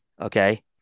okay